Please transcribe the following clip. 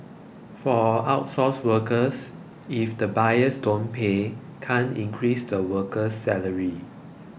for outsourced workers if the buyers don't pay can't increase the worker's salary